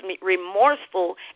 remorseful